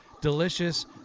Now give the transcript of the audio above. Delicious